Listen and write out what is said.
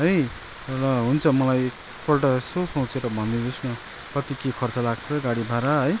है र हुन्छ र मलाई एकपल्ट यसो सोचेर भनिदिनु होस् न कति के खर्च लाग्छ गाडी भाडा है